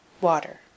water